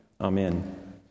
Amen